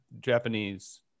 Japanese